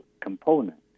component